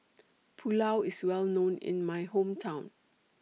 Pulao IS Well known in My Hometown